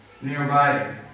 nearby